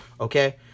okay